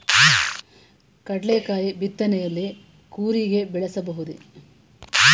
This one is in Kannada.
ಕಡ್ಲೆಕಾಯಿ ಬಿತ್ತನೆಯಲ್ಲಿ ಕೂರಿಗೆ ಬಳಸಬಹುದೇ?